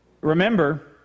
Remember